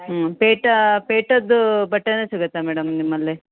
ಹ್ಞೂ ಪೇಟ ಪೇಟದ್ದು ಬಟ್ಟೆಯೂ ಸಿಗುತ್ತಾ ಮೇಡಮ್ ನಿಮ್ಮಲ್ಲಿ